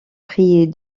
prier